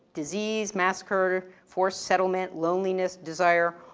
disease, massacre, forced settlement, loneliness, desire,